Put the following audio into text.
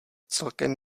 celkem